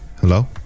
hello